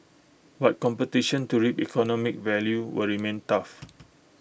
but competition to reap economic value will remain tough